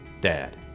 dad